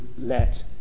let